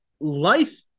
life